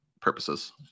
purposes